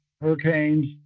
hurricanes